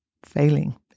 Failing